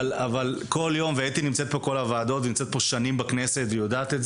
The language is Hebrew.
הייתי שמח שתשמעו מה שהיא אומרת.